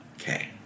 Okay